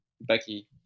Becky